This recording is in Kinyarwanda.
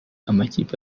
amakipe